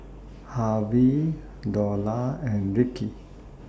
Harvey Dorla and Rickey